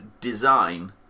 design